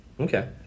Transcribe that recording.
Okay